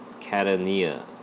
Catania